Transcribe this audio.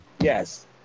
Yes